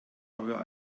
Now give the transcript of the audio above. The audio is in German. aber